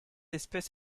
espèce